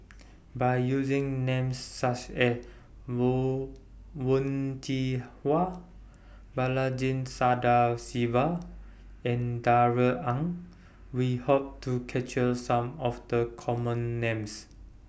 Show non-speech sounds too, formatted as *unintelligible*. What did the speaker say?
By using Names such as *unintelligible* Wen Jinhua Balaji Sadasivan and Darrell Ang We Hope to capture Some of The Common Names